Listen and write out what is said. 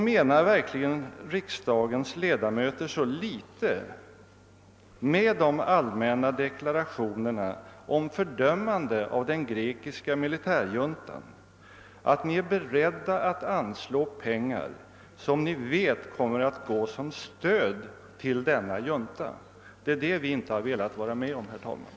Menar verkligen riksdagens ledamöter så litet med de allmänna deklarationerna om fördömande av den grekiska militärjuntan, att ni är beredda att ans'å pengar som ni vet kommer att gå till stöd åt denna junta? Det är det vi inte har velat vara med om, herr talman.